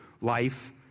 life